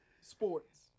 sports